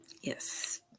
Yes